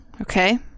Okay